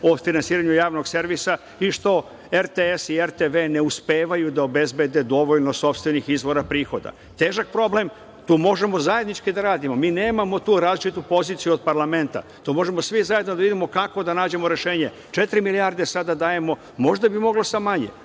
o finansiranju Javnog servisa i što RTS i RTV ne uspevaju da obezbede dovoljno sopstvenih izvora prihoda. Težak problem. Tu možemo zajednički da radimo. Mi nemamo tu različitu poziciju od parlamenta. To možemo svi zajedno da vidimo kako da nađemo rešenje. Četiri milijarde sada dajemo. Možda bi moglo sa manje,